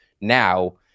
now